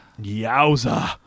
Yowza